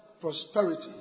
prosperity